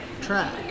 track